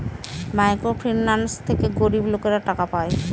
micro finance থেকে গরিব লোকেরা টাকা পায়